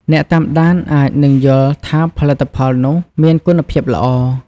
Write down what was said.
អ្នកតាមដានអាចនឹងយល់ថាផលិតផលនោះមានគុណភាពល្អ ។